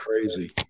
crazy